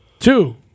Two